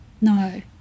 no